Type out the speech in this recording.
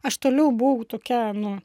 aš toliau buvau tokia nu